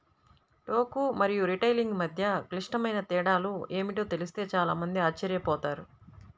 టోకు మరియు రిటైలింగ్ మధ్య క్లిష్టమైన తేడాలు ఏమిటో తెలిస్తే చాలా మంది ఆశ్చర్యపోతారు